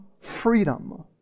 freedom